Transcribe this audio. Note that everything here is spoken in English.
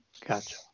Gotcha